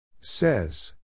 Says